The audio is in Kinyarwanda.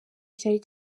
cyari